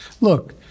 Look